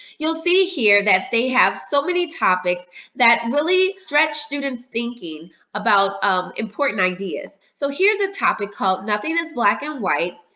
you'll see here that they have so many topics that really stretch students' thinking about um important ideas. so here's a topic called nothing is black and white,